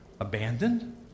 abandoned